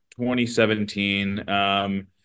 2017